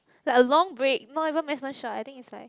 like a long break not even I think is like